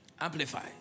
Amplify